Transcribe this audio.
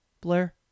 Blair